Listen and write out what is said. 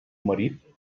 marit